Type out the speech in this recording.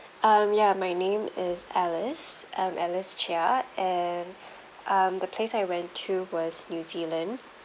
um ya my name is alice I'm alice cheah and um the place I went to was new zealand